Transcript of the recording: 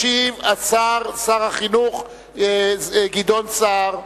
ישיב שר החינוך גדעון סער.